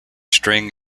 string